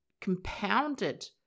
compounded